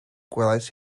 gwelais